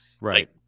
Right